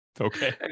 Okay